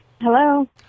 Hello